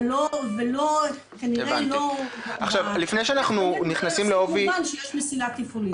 וכנראה לא --- שיש מסילה תפעולית.